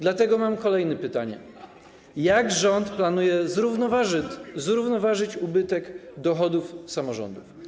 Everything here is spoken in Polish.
Dlatego mam kolejne pytanie: Jak rząd planuje zrównoważyć ubytek dochodów samorządów?